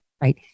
right